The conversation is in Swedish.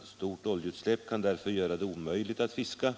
Ett stort oljeutsläpp kan därför göra det omöjligt att fiska.